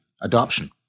adoption